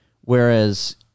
Whereas